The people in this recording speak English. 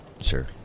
Sure